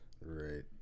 Right